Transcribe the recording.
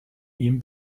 ihm